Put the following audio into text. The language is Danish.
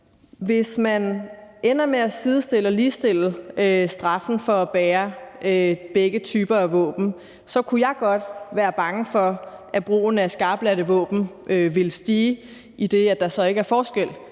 Hvis man ender med at sidestille og ligestille straffen for at bære begge typer af våben, kunne jeg godt være bange for, at brugen af skarpladte våben vil stige, idet der så ikke er forskel